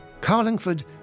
Carlingford